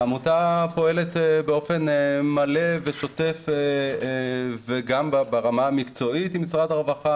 העמותה פועלת באופן מלא ושוטף וגם ברמה המקצועית עם משרד הרווחה,